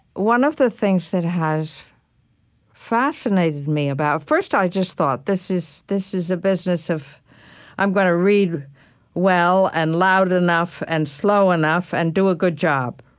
one of the things that has fascinated me about first, i just thought, this is this is a business of i'm going to read well and loud enough and slow enough and do a good job